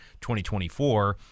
2024